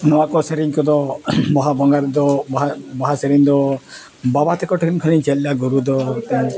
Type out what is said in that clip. ᱱᱚᱣᱟ ᱠᱚ ᱥᱮᱨᱮᱧ ᱠᱚᱫᱚ ᱵᱟᱦᱟ ᱵᱚᱸᱜᱟ ᱨᱮᱫᱚ ᱵᱟᱦᱟ ᱵᱟᱦᱟ ᱥᱮᱨᱮᱧ ᱫᱚ ᱵᱟᱵᱟ ᱛᱟᱠᱚ ᱴᱷᱮᱱ ᱠᱷᱚᱱᱤᱧ ᱪᱮᱫ ᱞᱮᱫᱼᱟ ᱜᱩᱨᱩ ᱫᱚ